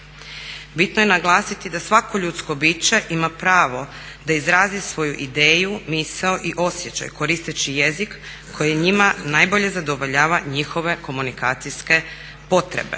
Bitno je naglasiti da svako ljudsko biće ima pravo da izrazi svoju ideju, misao i osjećaj koristeći jezik koji njima najbolje zadovoljava njihove komunikacijske potrebe.